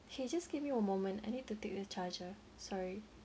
K you just give me one moment I need to take the charger sorry